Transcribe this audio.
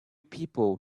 people